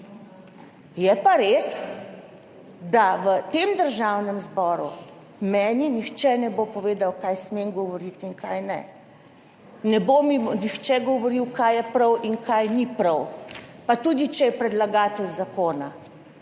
Je pa res, da v tem državnem zboru meni nihče ne bo povedal, kaj smem govoriti in kaj ne, ne bo mi nihče govoril, kaj je prav in kaj ni prav, pa tudi če je predlagatelj zakona,